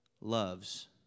loves